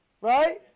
Right